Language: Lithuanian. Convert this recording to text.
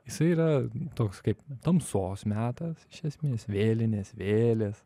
jisai yra toks kaip tamsos metas iš esmės vėlinės vėlės